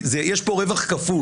יש פה רווח כפול.